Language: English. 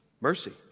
mercy